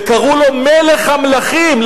וקראו לו: מלך המלכים.